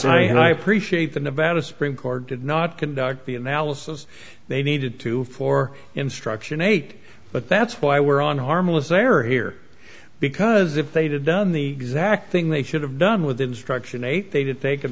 and i and i appreciate the nevada supreme court did not conduct the analysis they needed to for instruction eight but that's why we're on harmless error here because if they did done the exact thing they should have done with instruction eight they did take in